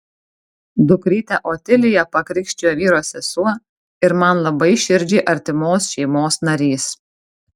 dukrytę otiliją pakrikštijo vyro sesuo ir man labai širdžiai artimos šeimos narys